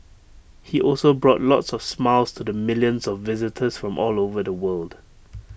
he also brought lots of smiles to the millions of visitors from all over the world